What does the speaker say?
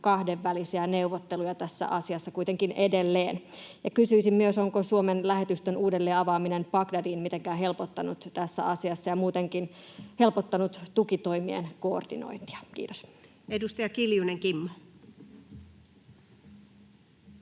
kahdenvälisiä neuvotteluja tässä asiassa kuitenkin edelleen. Kysyisin myös: onko Suomen lähetystön avaaminen uudelleen Bagdadiin mitenkään helpottanut tässä asiassa ja muutenkin helpottanut tukitoimien koordinointia? — Kiitos. Edustaja Kiljunen Kimmo.